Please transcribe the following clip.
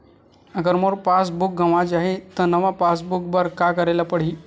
अगर मोर passbook गवां जाहि त नवा पास बुक बर का करे ल पड़हि?